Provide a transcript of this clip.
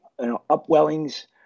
upwellings